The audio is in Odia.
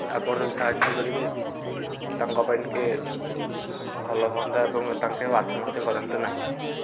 ଆପଣ ଯଦି ସାହାଯ୍ୟ କରିବେ ତାଙ୍କ ପାଇଁ ଟିକେ ଭଲ ହୁଅନ୍ତା ଏବଂ ତାଙ୍କେ ଆଉ ଆତ୍ମହତ୍ୟା କରନ୍ତେ ନାହିଁ